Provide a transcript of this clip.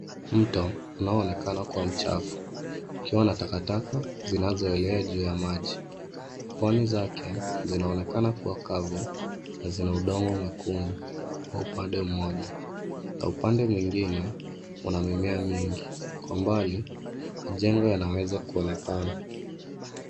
Mto unaoonekana kuwa mchafu ukiwa na takataka zinazoelea juu ya maji. Pwani zake zinaonekana kuwa kavu na zina udongo mwekundu kwa upande mmoja na upande mwingine una mimea mingi. Kwa mbali majengo yanaweza kuonekana.